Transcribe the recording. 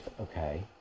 Okay